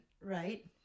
right